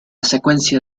secuencia